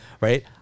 right